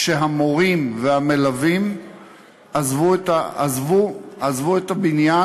כשהמורים והמלווים עזבו את הבניין,